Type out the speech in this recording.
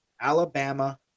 Alabama